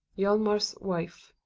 hjalmar's wife.